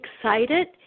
excited